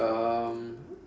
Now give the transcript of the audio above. um